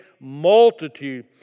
multitude